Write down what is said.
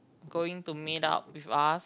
going to meet up with us